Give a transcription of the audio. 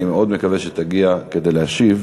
אני מאוד מקווה שתגיע כדי להשיב.